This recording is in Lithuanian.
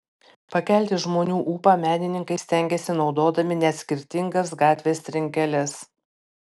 pakelti žmonių ūpą menininkai stengiasi naudodami net skirtingas gatvės trinkeles